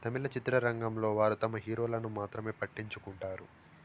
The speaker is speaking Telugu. తమిళ చిత్రరంగంలో వారు తమ హీరోలను మాత్రమే పట్టించుకుంటారు